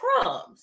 crumbs